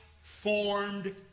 formed